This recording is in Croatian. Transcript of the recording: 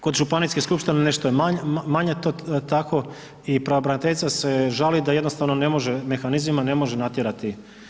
Kod županijskih skupština nešto je manje tako i pravobraniteljica se žali da jednostavno ne može mehanizmima ne može natjerati.